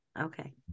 Okay